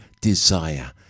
desire